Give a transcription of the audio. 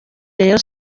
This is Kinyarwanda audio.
rayon